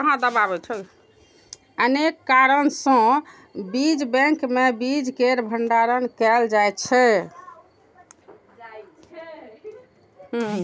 अनेक कारण सं बीज बैंक मे बीज केर भंडारण कैल जाइ छै